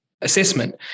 assessment